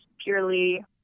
purely